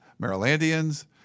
Marylandians